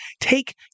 take